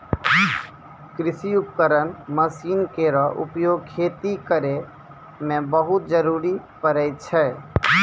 कृषि उपकरण मसीन केरो उपयोग खेती करै मे बहुत जरूरी परै छै